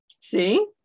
See